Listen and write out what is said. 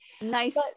Nice